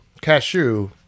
cashew